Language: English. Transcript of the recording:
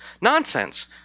Nonsense